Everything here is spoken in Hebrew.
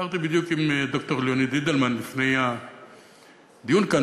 דיברתי בדיוק עם ד"ר ליאוניד אידלמן לפני הדיון כאן,